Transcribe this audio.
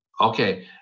Okay